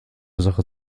sache